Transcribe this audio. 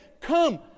come